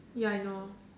ya I know